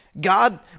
God